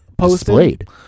displayed